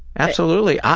absolutely.